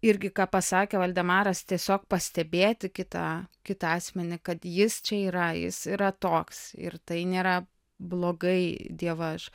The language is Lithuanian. irgi ką pasakė valdemaras tiesiog pastebėti kitą kitą asmenį kad jis čia yra jis yra toks ir tai nėra blogai dievaž